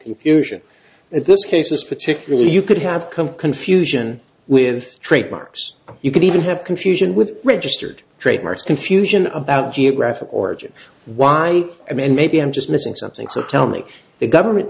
confusion at this cases particularly you could have come confusion with trademarks you could even have confusion with registered trademark confusion about geographic origin why i mean maybe i'm just missing something so tell me the government